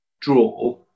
draw